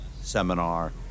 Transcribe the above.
seminar